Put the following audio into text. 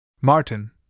Martin